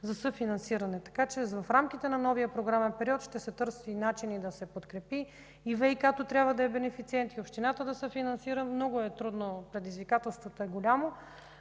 за съфинансиране. Така че в рамките на новия програмен период ще се търсят начини проектът да се подкрепи. ВиК трябва да е бенефициент и общината да съфинансира. Много е трудно. Предизвикателството е голямо,